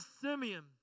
Simeon